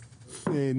בהחלט.